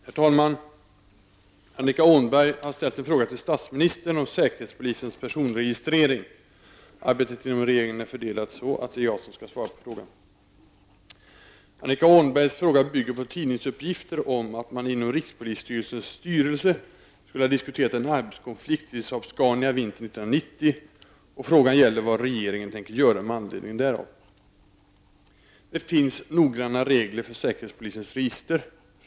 Herr talman! Annika Åhnberg har ställt en fråga till statsministern om säkerhetspolisens personregistrering. Arbetet inom regeringen är fördelat så, att det är jag som skall svara på frågan. Annika Åhnbergs fråga bygger på tidningsuppgifter om att man inom rikspolisstyrelsens styrelse skulle ha diskuterat en arbetskonflikt vid Saab-Scania vintern 1990, och frågan gäller vad regeringen tänker göra med anledning därav. Det finns noggranna regler för säkerhetspolisens register.